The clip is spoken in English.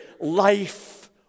Life